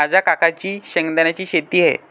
माझ्या काकांची शेंगदाण्याची शेती आहे